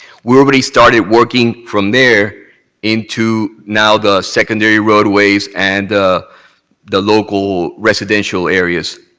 we already started working from there into now the secondary roadways and the local residential areas,